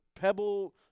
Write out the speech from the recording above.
Pebble